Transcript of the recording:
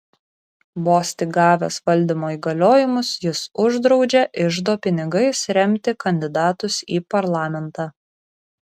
vos tik gavęs valdymo įgaliojimus jis uždraudžia iždo pinigais remti kandidatus į parlamentą